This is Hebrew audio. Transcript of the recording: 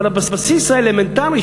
אבל הבסיס האלמנטרי,